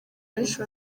benshi